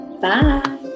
Bye